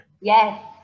yes